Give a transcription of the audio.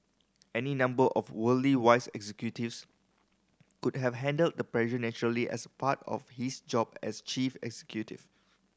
any number of worldly wise executives could have handled the press naturally as part of his job as chief executive